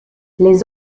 les